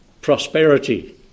prosperity